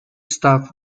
staff